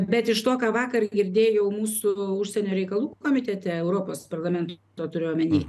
bet iš to ką vakar girdėjau mūsų užsienio reikalų komitete europos parlamento turiu omeny